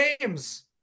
games